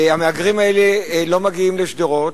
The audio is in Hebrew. המהגרים האלה לא מגיעים לשדרות,